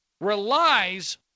relies